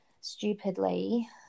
stupidly